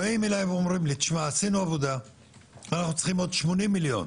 באים אלי ואומרים לי עשינו את העבודה ואנחנו צריכים עוד 80 מיליון,